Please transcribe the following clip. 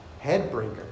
Headbreaker